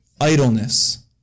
Idleness